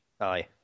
Aye